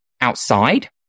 outside